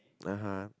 ah !huh!